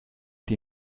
die